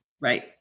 Right